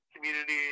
community